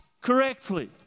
correctly